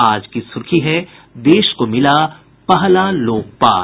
आज की सुर्खी है देश को मिला पहला लोकपाल